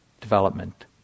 development